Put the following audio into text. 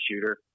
shooter